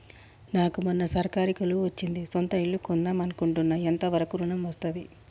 నాకు మొన్న సర్కారీ కొలువు వచ్చింది సొంత ఇల్లు కొన్దాం అనుకుంటున్నా ఎంత వరకు ఋణం వస్తది?